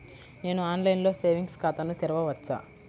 నేను ఆన్లైన్లో సేవింగ్స్ ఖాతాను తెరవవచ్చా?